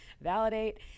validate